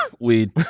weed